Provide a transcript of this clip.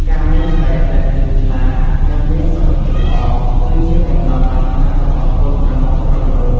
ការមានស្បែកដែលភ្លឺថ្លា និងមានសុខភាពល្អ គឺជាបំណងប្រាថ្នារបស់កូនក្រមុំគ្រប់រូប ។